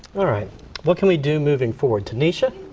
what can we do moving forward? tanisha,